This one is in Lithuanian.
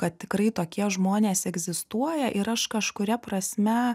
kad tikrai tokie žmonės egzistuoja ir aš kažkuria prasme